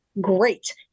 great